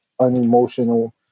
unemotional